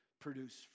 produce